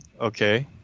okay